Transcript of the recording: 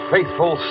Faithful